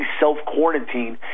self-quarantine